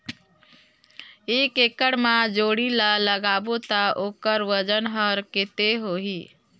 एक एकड़ मा जोणी ला लगाबो ता ओकर वजन हर कते होही?